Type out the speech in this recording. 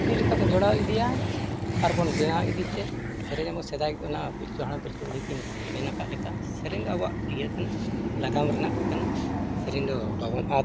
ᱥᱤᱠᱲᱤ ᱞᱮᱠᱟ ᱵᱚᱱ ᱡᱚᱲᱟᱣ ᱤᱫᱤᱭᱟ ᱟᱨ ᱵᱚᱱ ᱵᱮᱱᱟᱣ ᱤᱫᱤᱛᱮ ᱥᱮᱨᱮᱧ ᱟᱵᱚᱱ ᱥᱮᱫᱟᱭ ᱚᱱᱟ ᱯᱤᱞᱪᱩ ᱦᱟᱲᱟᱢ ᱯᱤᱞᱪᱩ ᱵᱩᱲᱦᱤ ᱠᱤᱱ ᱢᱮᱱ ᱟᱠᱟᱜ ᱞᱮᱠᱟ ᱥᱮᱨᱮᱧ ᱫᱚ ᱟᱵᱚᱣᱟᱜ ᱤᱭᱟᱹ ᱠᱟᱱᱟ ᱱᱟᱜᱟᱢ ᱨᱮᱱᱟᱜ ᱠᱟᱱᱟ ᱥᱮᱨᱮᱧ ᱫᱚ ᱵᱟᱵᱚᱱ ᱟᱫᱟ